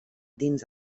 dins